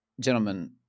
gentlemen